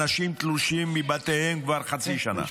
אנשים תלושים מבתיהם כבר חצי שנה.